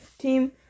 Team